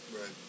Right